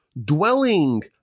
dwelling